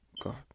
God